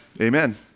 amen